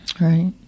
Right